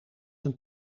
een